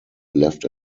left